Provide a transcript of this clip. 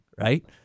right